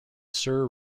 sir